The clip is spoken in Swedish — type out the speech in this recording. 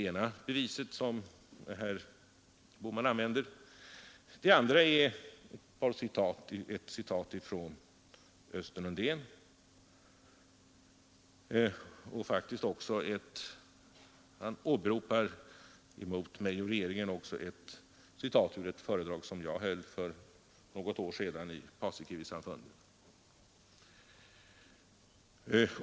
Det andra beviset som herr Bohman använde är ett citat från Östen Undén. Han åberopar vidare mot mig — och även regeringen — ett citat ur ett föredrag som jag höll för något år sedan i Paasikivisamfundet.